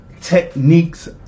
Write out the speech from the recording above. techniques